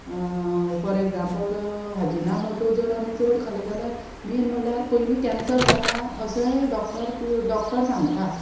for example आजिना मोटो जर आमी चड खालो जाल्यार मेन म्हणल्यार पयली कँसर जाता अशेंय डॉक्टर डॉक्टर सांगतात